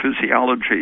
physiology